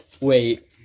Wait